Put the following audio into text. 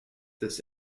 this